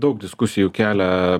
daug diskusijų kelia